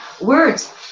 words